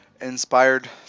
inspired